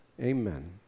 Amen